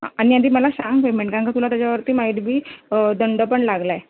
हां आणि आधी मला सांग पेमेंट कारण का तुला त्याच्यावरती माईट बी दंड पण लागला आहे